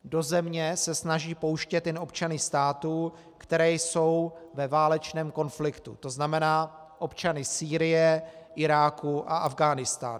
Do země se snaží pouštět jen občany států, které jsou ve válečném konfliktu, to znamená občany Sýrie, Iráku a Afghánistánu.